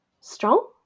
strong